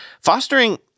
Fostering